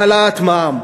העלאת מע"מ.